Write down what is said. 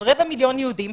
של רבע מיליון יהודים,